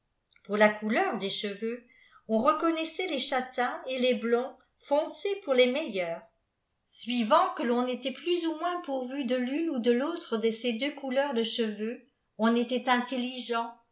pour la couleur des cheveux on reconnaissaiî les chtains et les blonds foncés pour lés meilleurs suivant que ton était plus ou moins pourvu de tune ou de l'autre de ces deux couleui de cheveux pn était intelligent